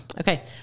Okay